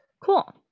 cool